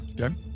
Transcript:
Okay